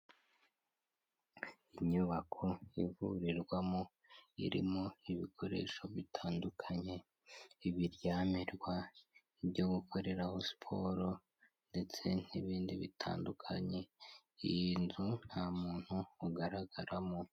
Inyubako ivurirwamo, irimo ibikoresho bitandukanye, ibiryamirwa, ibyo gukoreraho siporo ndetse n'ibindi bitandukanye, iyi nzu nta muntu ugaragaramo.